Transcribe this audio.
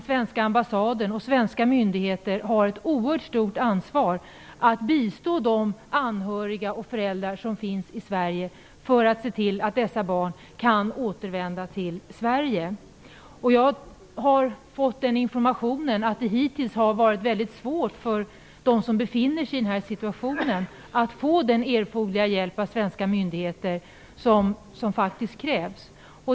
Svenska Ambassaden och svenska myndigheter har här ett oerhört stort ansvar när det gäller att bistå anhöriga och föräldrar i Sverige så att dessa barn kan återvända till Sverige. Jag har fått informationen att det hittills har varit väldigt svårt för dem som befinner sig i denna situation att få erforderlig hjälp av svenska myndigheter.